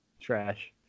Trash